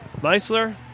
Meisler